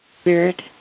Spirit